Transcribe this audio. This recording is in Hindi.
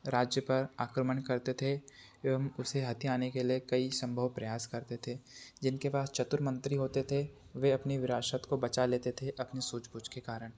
दूसरे राज्य पर आक्रमण करते थे एवम उसे हथियाने के लिए कई सम्भव प्रयास करते थे जिनके पास चतुर मंत्री होते थे वह अपनी विरासत को बचा लेते थे अपनी सूझबूझ के कारण